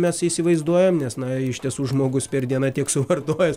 mes įsivaizduojam nes na iš tiesų žmogus per dieną tiek suvartojęs